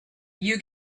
you